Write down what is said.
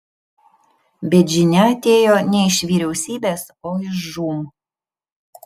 bet žinia atėjo ne iš vyriausybės o iš žūm